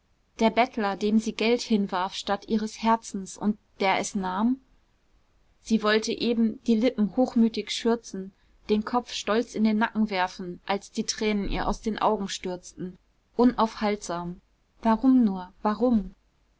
der bettler dem sie geld hinwarf statt ihres herzens und der es nahm sie wollte eben die lippen hochmütig schürzen den kopf stolz in den nacken werfen als die tränen ihr aus den augen stürzten unaufhaltsam warum nur warum